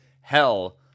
hell